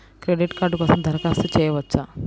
Credit card కోసం దరఖాస్తు చేయవచ్చా?